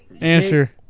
Answer